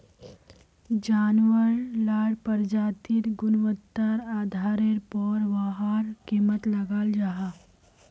जानवार लार प्रजातिर गुन्वात्तार आधारेर पोर वहार कीमत लगाल जाहा